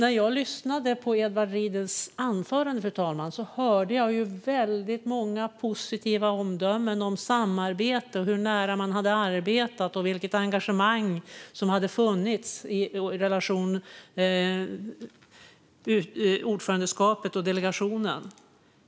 När jag lyssnade på Edward Riedls anförande hörde jag väldigt många positiva omdömen om samarbete, hur nära man hade arbetat och vilket engagemang som hade funnits i relationen mellan ordförandeskapet och delegationen.